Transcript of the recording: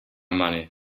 money